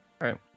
Right